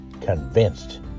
convinced